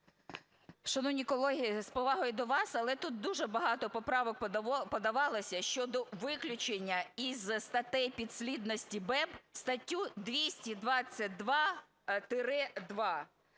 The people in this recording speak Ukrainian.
Шановні колеги, з повагою до вас, але тут дуже багато поправок подавалося щодо виключення із статей підслідності БЕБ статтю 222-2.